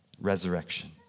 resurrection